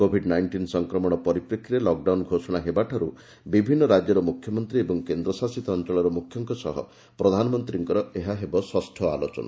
Covid nineteen ସଂକ୍ରମଣ ପରିପ୍ରେକ୍ଷୀରେ ବିଭିନ୍ନ ରାଜ୍ୟର ମୁଖ୍ୟମନ୍ତ୍ରୀ ଓ କେନ୍ଦ୍ରଶାସିତ ଅଞ୍ଚଳର ମୁଖ୍ୟମାନଙ୍କ ସହ ପ୍ରଧାନମନ୍ତ୍ରୀଙ୍କର ଏହା ହେବ ଷଷ୍ଠ ଆଲୋଚନା